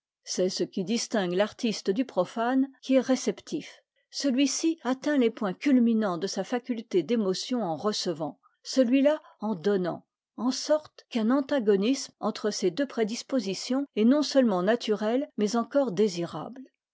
c'est ce qui distingue l'artiste du profane qui est réceptif celui-ci atteint les points culminants de sa faculté d'émotion en recevant celui-là en donnant en sorte qu'un antagonisme entre ces deux prédispositions est non seulement naturel mais encore désirable